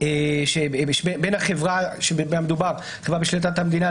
- בין החברה המדובר כבר שבשליטת המדינה,